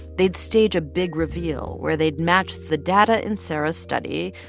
they'd stage a big reveal where they'd match the data in sara's study,